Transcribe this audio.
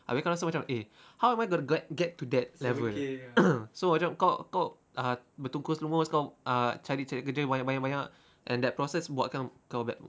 abeh kau rasa macam eh how am I gonna ge~ get to that level so kau kau uh bertungkus-lumus kau uh cari-cari kerja banyak banyak banyak and that process buat kau bad mood